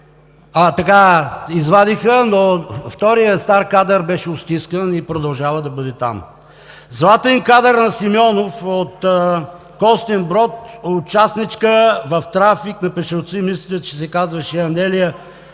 го извадиха, но вторият стар кадър беше устискан и продължава да бъде там. Златен кадър на Симеонов от Костинброд – участничка в трафик на бежанци. Мисля, че се казваше Анелия